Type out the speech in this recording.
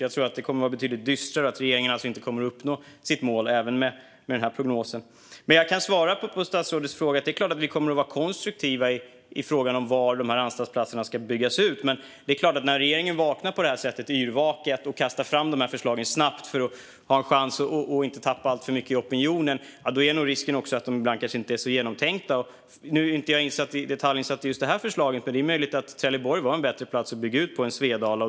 Jag tror att det kommer att vara betydligt dystrare och att regeringen även med denna prognos inte kommer att uppnå sitt mål. Men jag kan svara på statsrådets fråga: Det är klart att vi kommer att vara konstruktiva i fråga om var anstaltsplatserna ska byggas ut. Men när regeringen vaknar på det här sättet och yrvaket och snabbt kastar fram dessa förslag för att ha en chans att inte tappa alltför mycket i opinionen är nog risken att förslagen ibland kanske inte är så genomtänkta. Nu är jag inte i detalj insatt i just detta förslag, men det är möjligt att Trelleborg var en bättre plats att bygga ut på än Svedala.